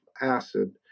acid